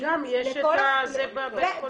ויש את זה גם בבית חולים.